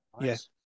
yes